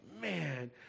man